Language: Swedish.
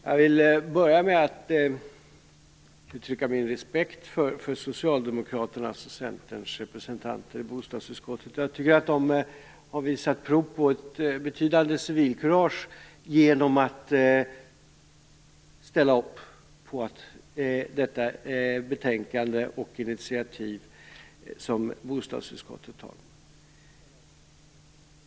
Fru talman! Jag vill börja med att uttrycka min respekt för Socialdemokraternas och Centerns representanter i bostadsutskottet. De har visat prov på ett betydande civilkurage genom att ställa upp på betänkandet och det initiativ som bostadsutskottet tar.